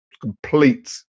complete